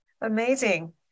Amazing